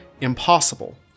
Impossible